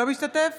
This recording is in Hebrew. לא משתתף